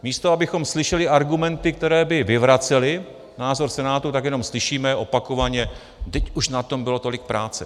Místo abychom slyšeli argumenty, které by vyvracely názor Senátu, tak jenom slyšíme opakovaně: vždyť už na tom bylo tolik práce.